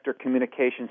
communications